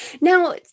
Now